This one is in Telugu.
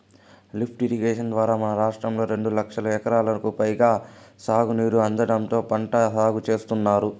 లిఫ్ట్ ఇరిగేషన్ ద్వారా మన రాష్ట్రంలో రెండు లక్షల ఎకరాలకు పైగా సాగునీరు అందడంతో పంట సాగు చేత్తున్నారు